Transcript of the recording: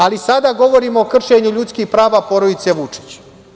Ali, sada govorimo o kršenju ljudskih prava porodice Vučić.